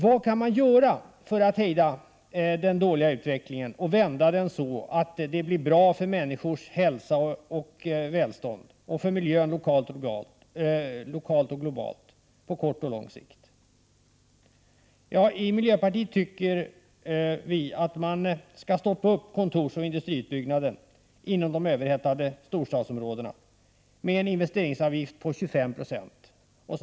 Vad kan man då göra för att hejda den dåliga utvecklingen och vända den så att det blir bra för människors hälsa och välstånd och för miljö globalt och lokalt på kort och på lång sikt? Vi i miljöpartiet tycker att man skall stoppa kontorsoch industriutbyggnader inom de överhettade storstadsområdena genom att införa en investeringsavgift på 25 26.